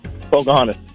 pocahontas